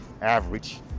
average